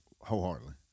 wholeheartedly